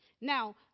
Now